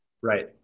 Right